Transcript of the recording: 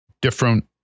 different